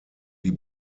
die